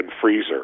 freezer